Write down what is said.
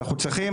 אנחנו צריכים